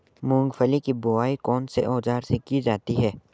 मूंगफली की बुआई कौनसे औज़ार से की जाती है?